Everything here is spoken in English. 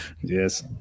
Yes